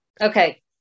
Okay